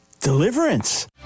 Deliverance